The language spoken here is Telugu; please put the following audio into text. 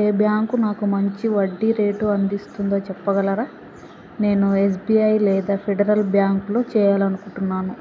ఏ బ్యాంక్ నాకు మంచి వడ్డీ రేటు అందిస్తుందో చెప్పగలరా నేను ఎస్బీఐ లేదా ఫెడరల్ బ్యాంక్లో చేయాలని అనుకుంటున్నాను